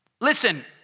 Listen